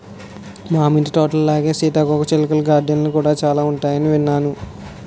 మామిడి తోటలాగే సీతాకోకచిలుకల గార్డెన్లు కూడా చాలా ఉంటాయని విన్నాను